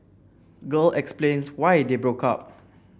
girl explains why they broke up